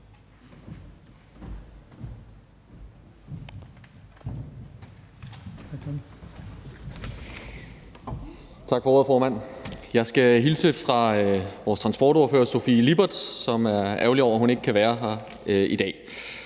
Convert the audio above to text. Tak for ordet, formand. Jeg skal hilse fra vores transportordfører, Sofie Lippert, som er ærgerlig over, at hun ikke kan være her i dag.